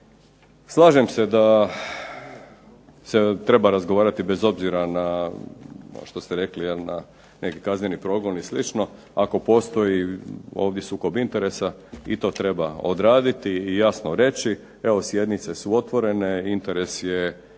Slažem se da se treba razgovarati bez obzira na to što ste rekli, nekakvi kazneni progon i slično, ako postoji sukob interesa, i to treba odraditi i jasno reći, evo sjednice su otvorene, interes je